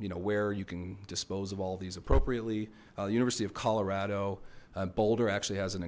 you know where you can dispose of all of these appropriately the university of colorado boulder actually has an